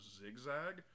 zigzag